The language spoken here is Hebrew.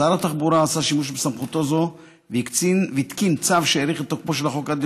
שר התחבורה עשה שימוש בסמכותו זו והתקין צו שהאריך את תוקפו של החוק עד